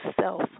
self